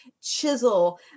chisel